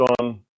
on